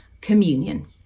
communion